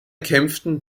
kämpfen